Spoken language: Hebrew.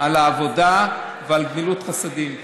על העבודה ועל גמילות חסדים".